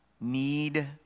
need